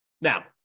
Now